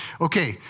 Okay